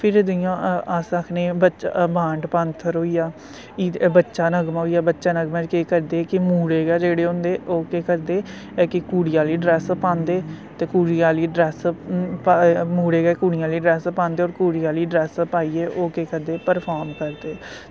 फिर जियां अस आक्खने बांड पान्थर होइया बच्चा नगमा होइया बच्चा नगमा च केह् करदे कि मुड़े गै जेह्ड़े होंदे ओह् केह् करदे कुड़ी आह्ली ड्रैस पांदे ते कुड़ी आह्ली ड्रैस मुड़े गै कुड़ियां आह्ली ड्रैस पांदे और कुड़ियां आह्ली ड्रैस पाईयै ओह् केह् करदे परफॉम करदे